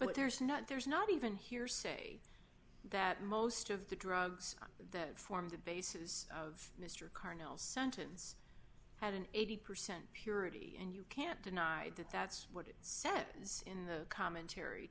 but there's not there's not even here say that most of the drugs that form the basis of mr carnel sentence had an eighty percent purity and you can't deny that that's what it said in the commentary